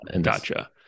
Gotcha